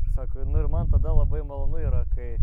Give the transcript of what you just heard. ir sako nu ir man tada labai malonu yra kai